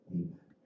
amen